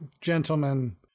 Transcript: gentlemen